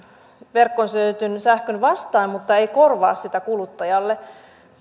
verkkoon syötetyn sähkön vastaan mutta ei korvaa sitä kuluttajalle